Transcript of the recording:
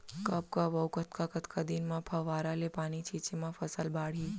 कब कब अऊ कतका कतका दिन म फव्वारा ले पानी छिंचे म फसल बाड़ही?